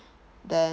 then